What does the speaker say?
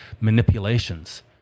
manipulations